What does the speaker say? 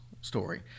story